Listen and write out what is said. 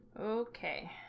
Okay